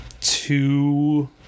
two